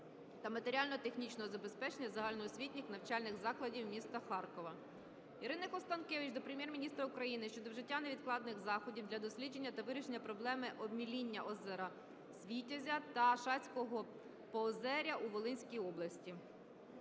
та матеріально-технічного забезпечення загальноосвітніх навчальних закладів міста Харкова. Ірини Констанкевич до Прем'єр-міністра України щодо вжиття невідкладних заходів для дослідження та вирішення проблеми обміління озера Світязя та Шацького поозер'я у Волинській області.